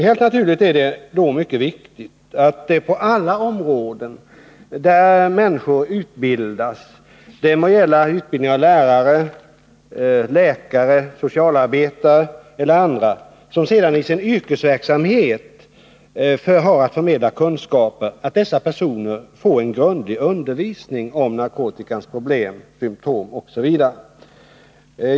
Helt naturligt är det då mycket viktigt att det på alla områden där människor utbildas — det må gälla utbildning av lärare, läkare, socialarbetare eller andra som sedan i sin yrkesverksamhet har att förmedla kunskaper — ges en grundlig undervisning om narkotikans problem, symtom osv.